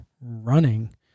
running